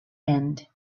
end